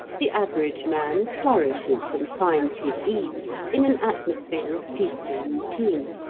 the average man flourishes and finds his ease in an atmosphere of peaceful routine.